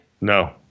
No